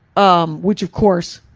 umm, which of course,